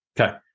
Okay